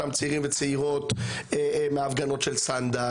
אותם צעירים וצעירות מההפגנות של סנדק,